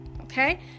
Okay